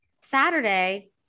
Saturday